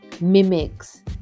mimics